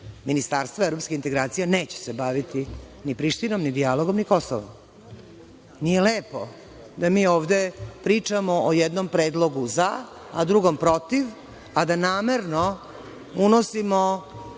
Ministarstvo evropskih integracija neće se baviti ni Prištinom, ni dijalogom, ni Kosovom. Nije lepo da mi ovde pričamo o jednom predlogu – za, a drugom – protiv, a da namerno unosimo,